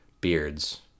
beards